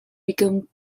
became